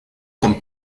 con